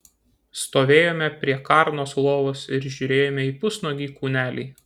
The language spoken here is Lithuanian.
stovėjome prie karnos lovos ir žiūrėjome į pusnuogį kūnelį